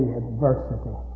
adversity